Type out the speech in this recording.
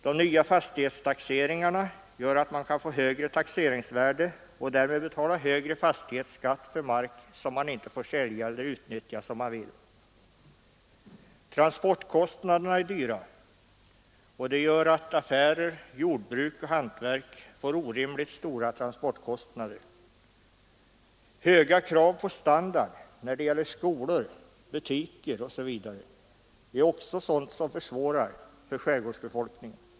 De nya fastighetstaxeringarna gör att taxeringsvärdena kan höjas så att man måste betala högre fastighetsskatt för mark som man inte får sälja eller utnyttja som man vill. Transporterna är dyra, vilket gör att affärer, jordbruk och hantverk får orimligt stora transportkostnader. Höga krav på standard när det gäller skolor, butiker osv. är också sådant som försvårar för skärgårdsbefolkningen.